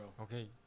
Okay